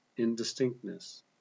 indistinctness